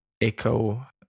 echo